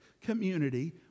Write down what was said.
community